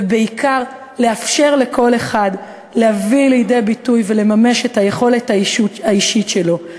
ובעיקר לאפשר לכל אחד להביא ליד ביטוי ולממש את היכולת האישית שלו.